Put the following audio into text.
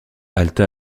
alta